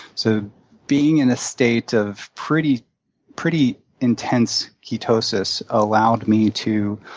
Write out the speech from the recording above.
so being in a state of pretty pretty intense ketosis allowed me to